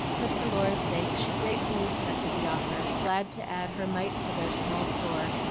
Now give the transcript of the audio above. but for laura's sake she gratefully accepted the offer, glad to add her mite to their small store,